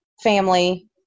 family